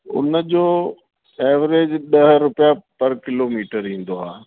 हुनजो एवरेज ॾह रुपया पर किलोमीटर ईंदो आहे